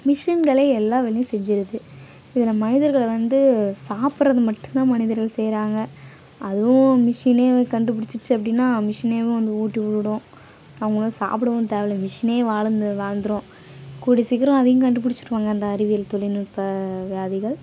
மிஷின்களே எல்லா வேலையும் செஞ்சிடுது இதில் மனிதர்களை வந்து சாப்பிட்றது மட்டும் தான் மனிதர்கள் செய்கிறாங்க அதுவும் மிஷினே கண்டுபிடிச்சிச்சி அப்படின்னா மிஷினேவும் வந்து ஊட்டி விடும் அவங்களா சாப்டவும் தேவைல்ல மிஷினே வளர்ந்து வளர்ந்துரும் கூடிய சீக்கிரம் அதையும் கண்டுபிடிச்சிருவாங்க அந்த அறிவியல் தொழில்நுட்ப வியாதிகள்